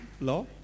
Law